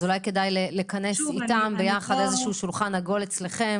אולי כדאי לכנס יחד איתם איזשהו שולחן עגול אצלכם